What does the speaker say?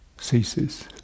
ceases